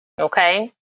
Okay